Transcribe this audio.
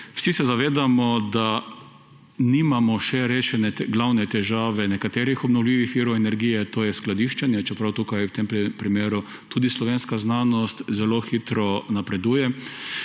Vsi se zavedamo, da nimamo še rešene glavne težave nekaterih obnovljivih virov energije, to je skladiščenje, čeprav tukaj v tem primeru tudi slovenska znanost zelo hitro napreduje.